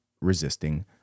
resisting